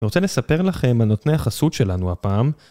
אני רוצה לספר לכם על נותני החסות שלנו הפעם.